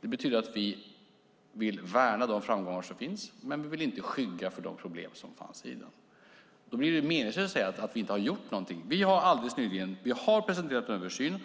Det betyder att vi vill värna de framgångar som nåtts men vi vill inte skygga för de problem som fanns i den. Då blir det meningslöst att säga att vi inte har gjort någonting. Vi har presenterat en översyn